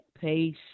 Peace